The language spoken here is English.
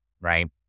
right